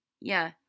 Yeah